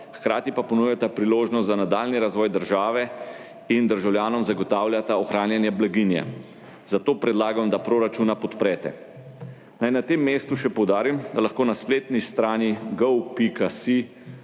hkrati pa ponujata priložnost za nadaljnji razvoj države in državljanom zagotavljata ohranjanje blaginje, zato predlagam, da proračuna podprete. Naj na tem mestu še poudarim, da lahko na spletni strani